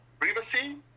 privacy